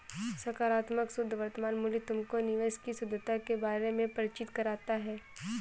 सकारात्मक शुद्ध वर्तमान मूल्य तुमको निवेश की शुद्धता के बारे में परिचित कराता है